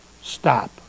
stop